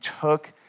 took